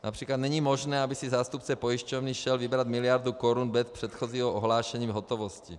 Například není možné, aby si zástupce pojišťovny šel vybrat miliardu korun bez předchozího ohlášení v hotovosti.